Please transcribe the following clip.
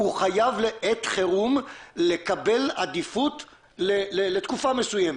הוא חייב לעת חירום לקבל עדיפות לתקופה מסוימת.